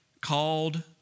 called